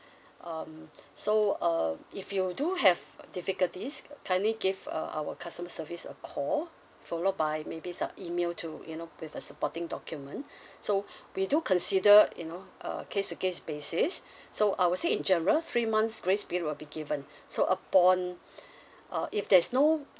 um so uh if you do have difficulties kindly give uh our customer service a call follow by maybe some email to you know with a supporting document so we do consider you know uh case to case basis so I would say in general three months grace period will be given so upon uh if there's no